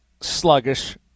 sluggish